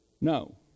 No